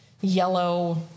yellow